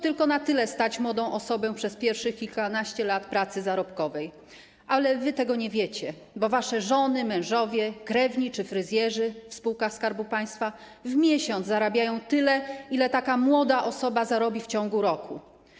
Tylko na tyle stać młodą osobę przez pierwszych kilkanaście lat pracy zarobkowej, ale wy tego nie wiecie, bo wasze żony, mężowie, krewni czy fryzjerzy w spółkach Skarbu Państwa w miesiąc zarabiają tyle, ile taka młoda osoba zarobi w ciągu roku.